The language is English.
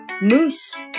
moose